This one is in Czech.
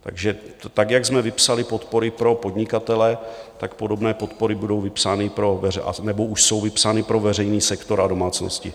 Takže tak, jak jsme vypsali podpory pro podnikatele, tak podobné podpory budou vypsány nebo už jsou vypsány pro veřejný sektor a domácnosti.